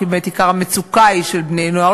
כי באמת עיקר המצוקה היא של בני-נוער,